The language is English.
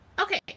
okay